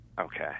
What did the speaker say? Okay